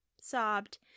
sobbed